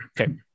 Okay